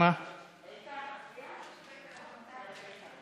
איך ההרגשה להצביע בפעם הרביעית?